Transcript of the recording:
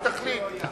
והיא תחליט.